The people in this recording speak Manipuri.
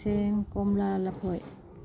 ꯁꯦꯝ ꯀꯣꯝꯂꯥ ꯂꯐꯣꯏ